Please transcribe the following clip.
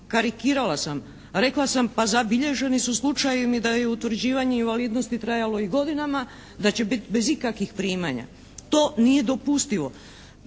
karikirala sam, rekla sam pa zabilježeni su slučajevi da je utvrđivanje invalidnosti trajalo i godinama, da će biti bez ikakvih primanja. To nije dopustivo.